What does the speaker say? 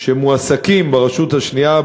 שמועסקים ברשות השנייה,